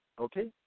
okay